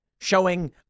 showing